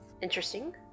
Interesting